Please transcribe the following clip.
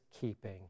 keeping